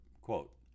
quote